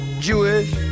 Jewish